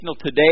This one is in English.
today